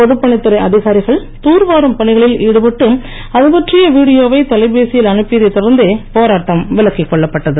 பொதுப் பணித்துறை அதிகாரிகள் தூர்வாரும் பணிகளில் ஈடுபட்டு அதுபற்றிய வீடியோவை தொலைபேசியில் அனுப்பியதைத் தொடர்ந்தே போராட்டம் விலக்கிக் கொள்ளப்பட்டது